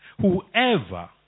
whoever